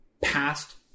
past